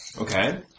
Okay